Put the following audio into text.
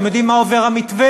אתם יודעים מה אומר המתווה?